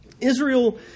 Israel